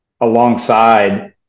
alongside